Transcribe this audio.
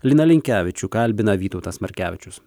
liną linkevičių kalbina vytautas markevičius